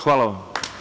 Hvala vam.